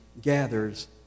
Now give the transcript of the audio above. gathers